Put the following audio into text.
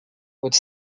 would